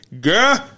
Girl